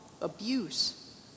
abuse